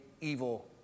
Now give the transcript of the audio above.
evil